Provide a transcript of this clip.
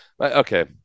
okay